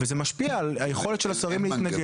וזה משפיע על היכולת של השרים להתנגד.